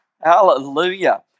Hallelujah